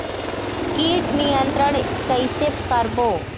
कीट नियंत्रण कइसे करबो?